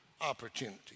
opportunity